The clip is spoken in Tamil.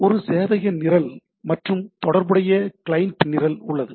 ஒரு சேவையக நிரல் மற்றும் தொடர்புடைய கிளையன்ட் நிரல் உள்ளது